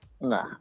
Nah